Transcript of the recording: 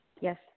Yes